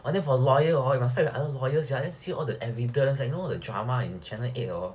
orh then for lawyer hor must fight with other lawyers right see all the evidence and all the drama in channel eight orh